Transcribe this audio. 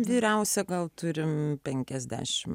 vyriausią gal turim penkiasdešim